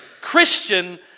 Christian